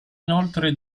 inoltre